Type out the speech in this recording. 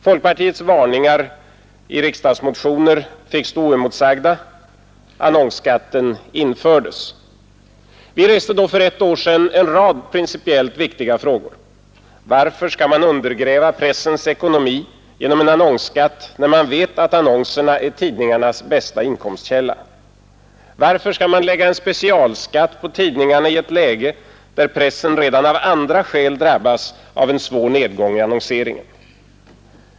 Folkpartiets varningar i riksdagsmotioner fick stå oemotsagda. Annonsskatten infördes. Vi reste då för ett år sedan en rad principiellt viktiga frågor: Varför skall man undergräva pressens ekonomi genom en annonsskatt, när man vet att annonserna är tidningarnas bästa inkomstkälla? Varför skall man lägga en specialskatt på tidningarna i ett läge, där pressen redan av andra skäl drabbas av en svår nedgång i annonseringen?